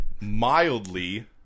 Mildly